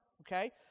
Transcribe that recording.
Okay